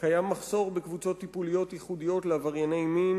קיים מחסור בקבוצות טיפוליות ייחודיות לעברייני מין